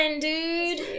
dude